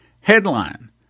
Headline